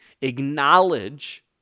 Acknowledge